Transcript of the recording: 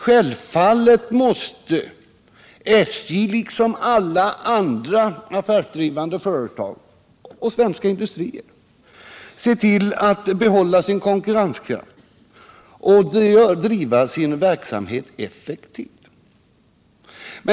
Självfallet måste SJ, liksom alla andra affärsdrivande företag och svenska industrier, se till att kunna behålla sin konkurrenskraft och driva sin verksamhet effektivt.